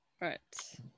Right